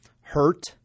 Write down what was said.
hurt